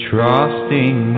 Trusting